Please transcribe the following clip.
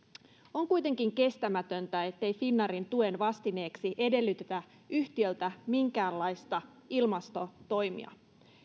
on kuitenkin kestämätöntä ettei finnairin tuen vastineeksi edellytetä yhtiöltä minkäänlaisia ilmastotoimia